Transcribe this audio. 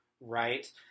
right